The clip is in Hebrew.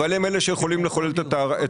אבל הם אלה שיכולים לחולל את התחרות.